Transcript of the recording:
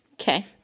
Okay